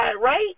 right